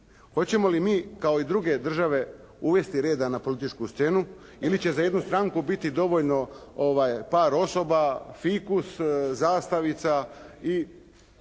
Hoćemo li mi kao i druge države uvesti reda na političku scenu ili će za jednu stranku biti dovoljno par osoba, fikus, zastavica i